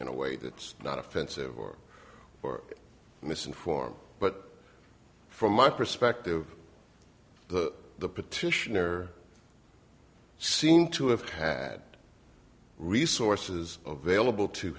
in a way that's not offensive or misinformed but from my perspective the petitioner seemed to have had resources available to